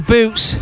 Boots